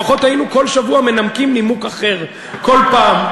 לפחות היינו כל שבוע מנמקים נימוק אחר כל פעם.